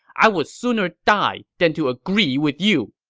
i would sooner die than to agree with you!